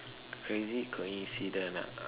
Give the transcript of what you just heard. crazy coincidence ah